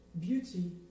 beauty